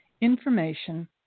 information